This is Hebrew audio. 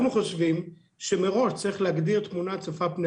אנחנו חושבים שמראש צריך להגדיר את תמונת פני